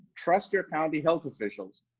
trust your county health officials,